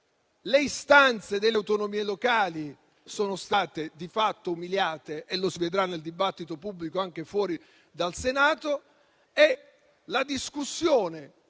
le istanze delle autonomie locali sono state di fatto umiliate, come si vedrà nel dibattito pubblico anche fuori dal Senato. È una discussione